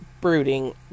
brooding